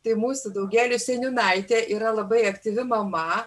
tai mūsų daugėlių seniūnaitė yra labai aktyvi mama